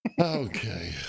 Okay